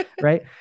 right